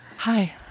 Hi